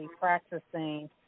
practicing